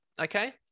Okay